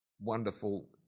wonderful